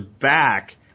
back